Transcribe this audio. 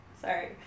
sorry